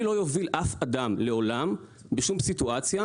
אני לא אוביל אף אחד לעולם בשום סיטואציה